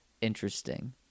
interesting